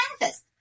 manifest